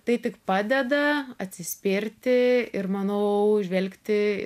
tai tik padeda atsispirti ir manau žvelgti